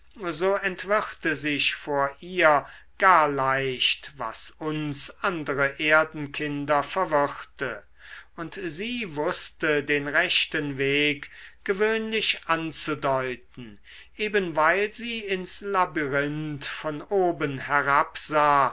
so entwirrte sich vor ihr gar leicht was uns andere erdenkinder verwirrte und sie wußte den rechten weg gewöhnlich anzudeuten eben weil sie ins labyrinth von oben herabsah